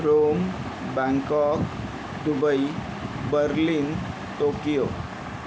Rome Bangkok Dubai Berlin Tokyo